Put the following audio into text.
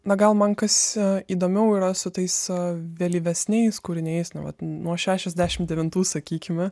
na gal man kas a įdomiau yra su tais a vėlyvesniais kūriniais nu vat nuo šešiasdešimt devintų sakykime